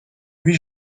huit